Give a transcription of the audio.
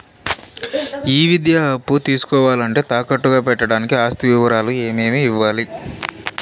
ఈ విద్యా అప్పు తీసుకోవాలంటే తాకట్టు గా పెట్టడానికి ఆస్తి వివరాలు ఏమేమి ఇవ్వాలి?